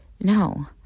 No